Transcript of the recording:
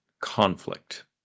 conflict